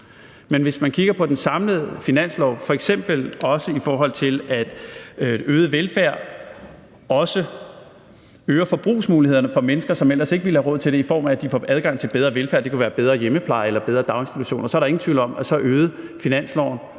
Men hvis man kigger på den samlede finanslov, f.eks. i forhold til at øget velfærd også øger forbrugsmulighederne for mennesker, som ellers ikke ville have råd til det, i form af at de får adgang til en bedre velfærd – det kan være bedre hjemmepleje eller bedre daginstitutioner – så er der ingen tvivl om, at finansloven